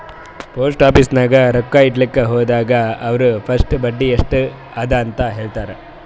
post office ನಾಗ್ ರೊಕ್ಕಾ ಇಡ್ಲಕ್ ಹೋದಾಗ ಅವ್ರ ಫಸ್ಟ್ ಬಡ್ಡಿ ಎಸ್ಟ್ ಅದ ಅಂತ ಹೇಳ್ತಾರ್